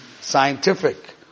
scientific